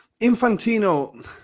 Infantino